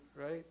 right